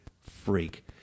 freak